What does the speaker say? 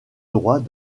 droit